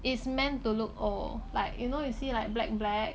is meant to look old like you know you see like black black